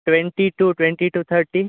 twenty to twenty to thirty